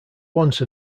once